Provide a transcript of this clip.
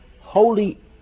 holy